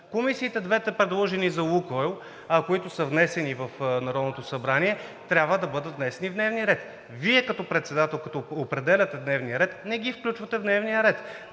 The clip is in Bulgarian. случва. Двете предложени комисии за „Лукойл“, които са внесени в Народното събрание, трябва да бъдат внесени в дневния ред. Вие като председател, като определяте дневния ред, не ги включвате в дневния ред.